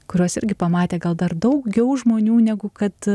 kuriuos irgi pamatė gal dar daugiau žmonių negu kad